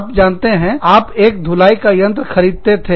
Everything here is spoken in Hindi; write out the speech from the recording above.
आप जानते हैं आप एक धुलाई का यंत्र खरीदते थे